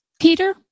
Peter